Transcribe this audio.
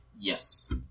Yes